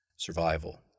survival